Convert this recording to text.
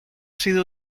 sido